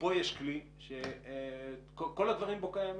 ופה יש כלי שכל הדברים בו קיימים,